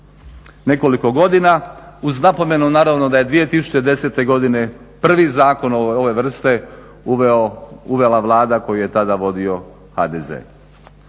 nekoliko godina, uz napomenu naravno da je 2010. godine prvi zakon ove vrste uvela Vlada koju je tada vodio HDZ.